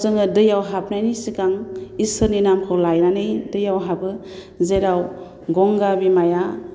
जेराव जोङो दैआव हाबनायनि सिगां इसोरनि नामखौ लानानै दैआव हाबो जेराव गंगा बिमाया